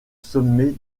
sommet